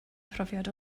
profiad